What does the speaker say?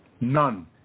None